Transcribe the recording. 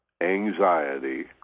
anxiety